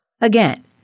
Again